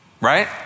right